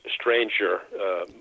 stranger